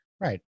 Right